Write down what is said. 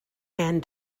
and